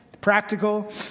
practical